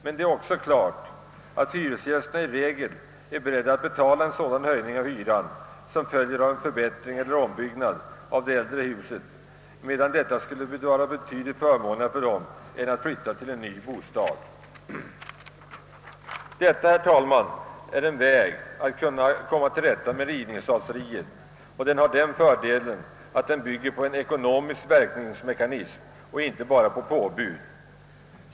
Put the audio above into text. Men det är också klart att hyresgästerna i regel är beredda att betala en sådan höjning av hyran som följer av en förbättring eller ombyggnad av ett äldre hus, eftersom det är betydligt förmånligare för dem än att flytta till en ny bostad. Detta, herr talman, är ett sätt att komma till rätta med rivningsraseriet, och det har den fördelen att det bygger på en ekonomisk verkningsmekanism och inte bara på påbud.